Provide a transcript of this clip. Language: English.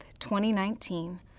2019